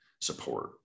support